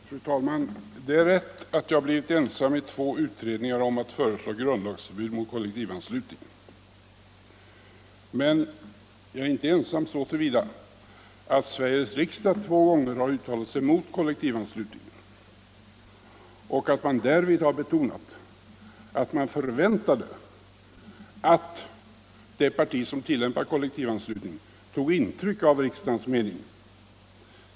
Fru talman! Det är rätt att jag i två utredningar har blivit ensam om att föreslå grundlagsförbud mot kollektivanslutning, men jag är inte ensam så till vida att Sveriges riksdag två gånger har uttalat sig mot kollektivanslutning och att man därvid har betonat att man förväntade att det parti som tillämpar kollektivanslutning tog intryck av riksdagens mening härvidlag.